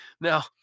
Now